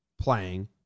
playing